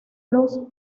los